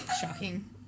Shocking